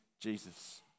Jesus